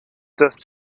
dust